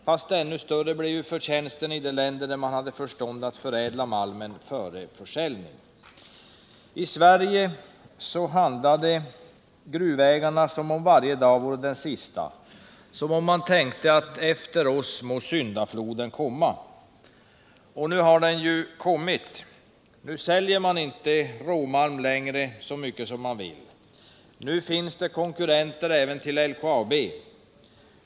Fast ännu större blev förtjänsten i de länder där man hade förstånd att förädla malmen — före försäljning. I Sverige handlade gruvägarna som om varje dag vore den sista, som om man tänkte: Efter oss må syndafloden komma. Och nu har den kommit. Nu säljer man inte råmalm längre så mycket man vill. Nu finns det konkurrenter även till LKAB.